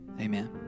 Amen